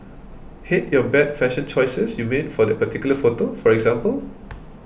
hate your bad fashion choices you made for that particular photo for example